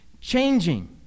changing